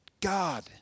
God